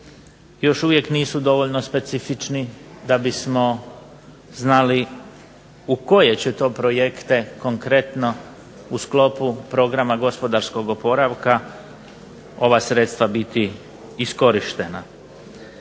još uvijek nisu dovoljno specifični da bismo znali u koje će to projekte konkretno u sklopu programa gospodarskog oporavka ova sredstva biti iskorištena.